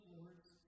Lord's